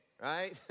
right